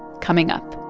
coming up